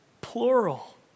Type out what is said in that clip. plural